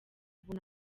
ubona